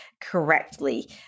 correctly